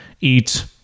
eat